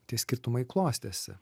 tie skirtumai klostėsi